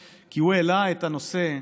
הנושא,